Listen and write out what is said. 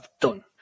done